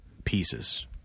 pieces